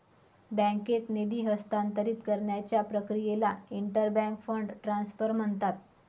बँकेत निधी हस्तांतरित करण्याच्या प्रक्रियेला इंटर बँक फंड ट्रान्सफर म्हणतात